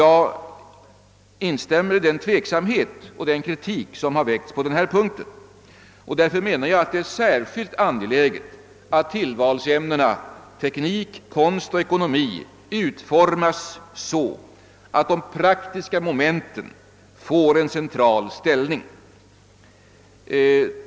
Jag instämmer i den tveksamhet och den kritik som kommit till uttryck på denna punkt, och därför menar jag att det är särskilt angeläget att tillvalsämnena teknik, konst och ekonomi utformas så, att de praktiska momenten får en central ställning.